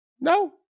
No